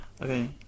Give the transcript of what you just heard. Okay